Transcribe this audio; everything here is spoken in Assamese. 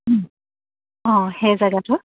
অঁ সেই জেগাটোৰ